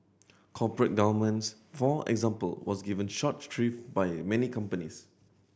corporate governance for example was given short by many companies